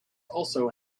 also